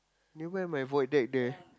nearby my void deck there